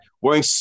wearing